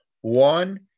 One